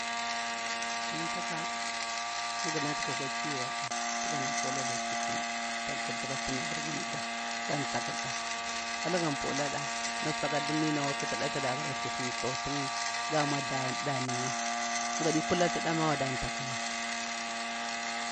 Thaka mu gunatu ga kwa kiwarɗa tu gana pulada susum dak kurtu ka sinda abur gan thakurɗa wala gan pulada sakatu mi akwa katida da bara susum ga mau da nu'ga mu gadi kala tu ɗa mawa da tuk n'ya